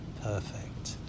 perfect